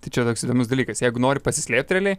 tai čia toks įdomus dalykas jeigu nori pasislėpt realiai